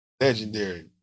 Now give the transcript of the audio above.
Legendary